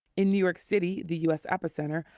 in new york city, the u s. epicenter,